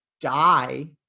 die